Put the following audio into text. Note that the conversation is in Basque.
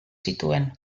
zituen